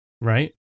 right